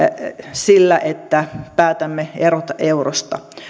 sillä että päätämme erota eurosta